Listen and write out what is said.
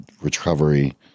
recovery